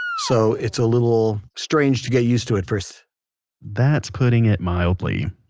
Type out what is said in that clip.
so it's a little strange to get used to at first that's putting it mildly.